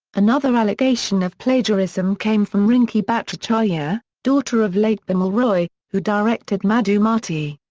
another allegation of plagiarism came from rinki bhattacharya, daughter of late bimal roy, who directed madhumati.